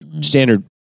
standard